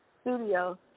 studio